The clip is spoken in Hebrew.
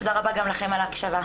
תודה רבה גם לכם על ההקשבה.